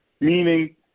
meaning